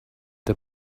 the